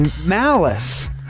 malice